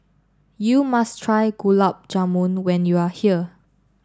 you must try Gulab Jamun when you are here